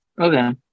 Okay